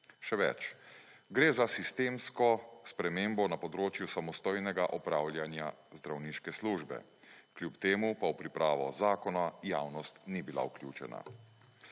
Še več, gre za sistemsko spremembo nas področju samostojnega opravljanja zdravniške službe, kljub temu pa v pripravo zakona javnost ni bila vključena.